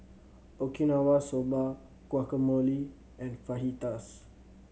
Okinawa Soba Guacamole and Fajitas